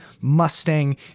Mustang